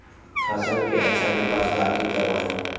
फसल के अच्छा विकास ला की करवाई?